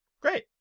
Great